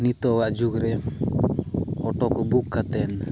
ᱱᱤᱛᱚ ᱟᱜ ᱡᱩᱜᱽᱨᱮ ᱚᱴᱚᱠᱚ ᱵᱩᱠ ᱠᱟᱛᱮᱫ